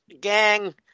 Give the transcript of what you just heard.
gang